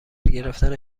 گرفتن